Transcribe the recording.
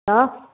तऽ